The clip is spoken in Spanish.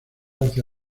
hacia